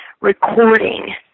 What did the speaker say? recording